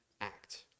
act